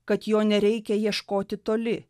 kad jo nereikia ieškoti toli